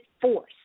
force